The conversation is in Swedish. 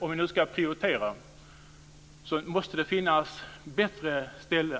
Om vi nu ska prioritera, måste det finnas bättre ställen